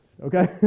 Okay